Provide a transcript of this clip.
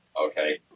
okay